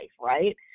right